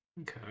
Okay